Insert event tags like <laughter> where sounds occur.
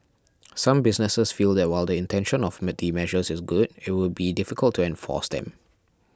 some businesses feel that while the intention of <unintelligible> the measures is good it would be difficult to enforce them